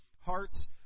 hearts